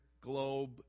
globe